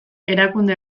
erakunde